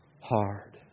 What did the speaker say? hard